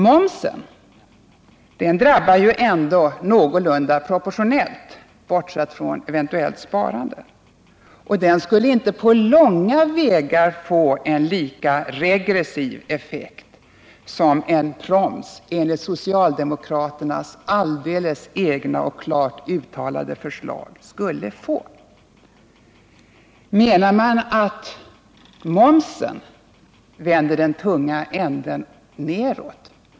Momsen drabbar någorlunda proportionellt, bortsett från eventuellt sparande, och den skulle inte på långa vägar få en lika regressiv effekt som en proms enligt socialdemokraternas alldeles egna och klart uttalade förslag skulle få. Menar man att momsen vänder den tunga änden nedåt?